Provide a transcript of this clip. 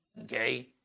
Okay